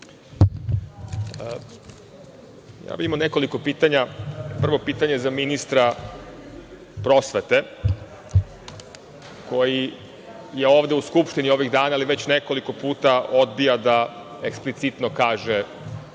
Imao bih nekoliko pitanja. Prvo pitanje je za ministra prosvete, koji je ovde u Skupštini ovih dana, ali već nekoliko puta odbija da eksplicitno kaže